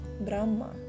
Brahma